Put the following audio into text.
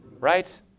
Right